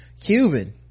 Cuban